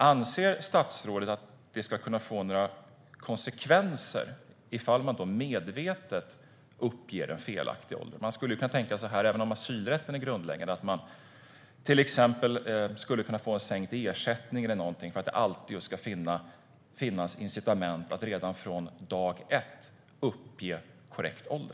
Anser statsrådet att det ska få konsekvenser om man medvetet uppger en felaktig ålder? Även om asylrätten är grundläggande skulle det kunna bli fråga om en sänkt ersättning så att det alltid ska finnas incitament att redan från dag ett uppge korrekt ålder.